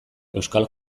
euskal